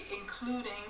including